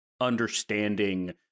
understanding